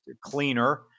cleaner